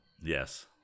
Yes